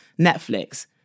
Netflix